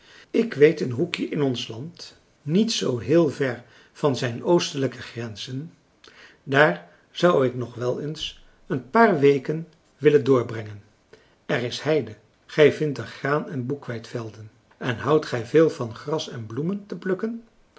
ik weet een hoekje in ons land niet zoo heel ver van zijn oostelijke grenzen daar zou ik nog wel eens een paar weken willen doorbrengen er is heide gij vindt er graan en boekweitvelden en houdt gij veel van gras en bloemen te plukken